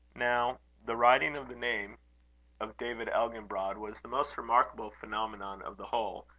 now the writing of the name of david elginbrod was the most remarkable phenomenon of the whole,